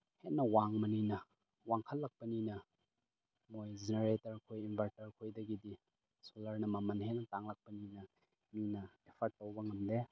ꯍꯦꯟꯅ ꯋꯥꯡꯕꯅꯤꯅ ꯋꯥꯡꯈꯠꯂꯛꯄꯅꯤꯅ ꯃꯣꯏ ꯖꯦꯅꯦꯔꯦꯇꯔ ꯈꯣꯏ ꯏꯟꯕꯔꯇꯔ ꯈꯣꯏꯗꯒꯤꯗꯤ ꯁꯣꯜꯂꯔꯅ ꯃꯃꯟ ꯍꯦꯟꯅ ꯇꯥꯡꯂꯛꯄꯅꯤꯅ ꯃꯤꯅ ꯑꯦꯐꯔꯠ ꯇꯧꯕ ꯉꯝꯗꯦ